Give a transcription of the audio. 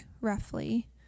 roughly